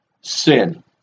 sin